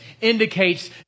indicates